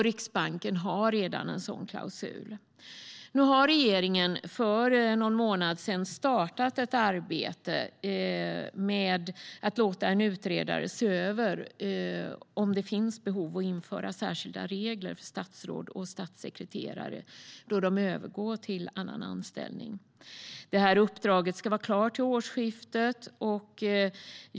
Riksbanken har redan en sådan klausul. För någon månad sedan startade regeringen ett arbete med att låta en utredare se över om det finns behov av att införa särskilda regler för statsråd och statssekreterare då de övergår till en annan anställning. Uppdraget ska vara klart till årsskiftet.